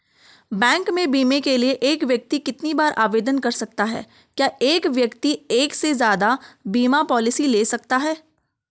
Bank में बीमे के लिए एक व्यक्ति कितनी बार आवेदन कर सकता है क्या एक व्यक्ति एक से ज़्यादा बीमा पॉलिसी ले सकता है?